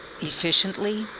efficiently